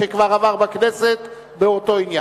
שכבר עבר בכנסת באותו עניין.